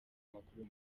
amakuru